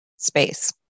Space